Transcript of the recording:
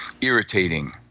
irritating